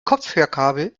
kopfhörerkabel